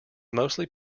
mostly